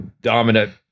dominant